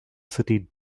city